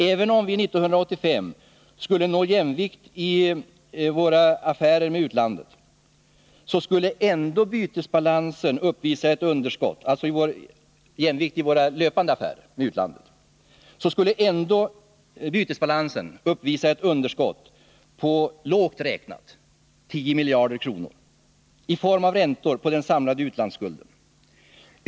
Även om vi 1985 skulle nå jämvikt i våra löpande affärer med utlandet, så skulle ändå bytesbalansen uppvisa ett underskott på lågt räknat 10 miljarder kronor i form av räntor på den samlade utlandsskulden.